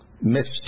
missed